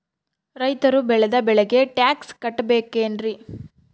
ರೈತರು ಬೆಳೆದ ಬೆಳೆಗೆ ಟ್ಯಾಕ್ಸ್ ಕಟ್ಟಬೇಕೆನ್ರಿ?